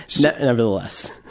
nevertheless